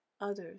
others